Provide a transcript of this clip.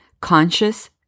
Conscious